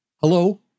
Hello